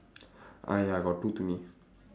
ah ya got two to me